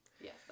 Yes